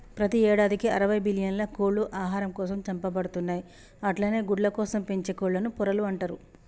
ప్రతి యేడాదికి అరవై బిల్లియన్ల కోళ్లు ఆహారం కోసం చంపబడుతున్నయి అట్లనే గుడ్లకోసం పెంచే కోళ్లను పొరలు అంటరు